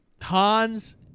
Hans